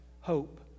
hope